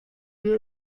mir